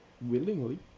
willingly